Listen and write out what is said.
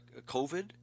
COVID